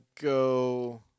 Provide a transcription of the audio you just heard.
go